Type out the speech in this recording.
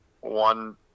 one